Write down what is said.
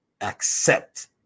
Accept